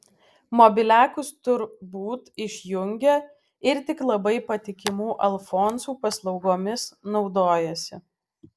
mobiliakus tur būt išjungia ir tik labai patikimų alfonsų paslaugomis naudojasi